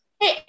hey